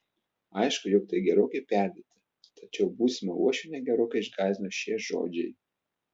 aišku jog tai gerokai perdėta tačiau būsimą uošvienę gerokai išgąsdino šie žodžiai